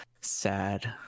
Sad